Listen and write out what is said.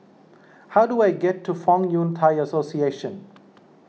how do I get to Fong Yun Thai Association